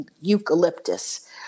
eucalyptus